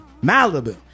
Malibu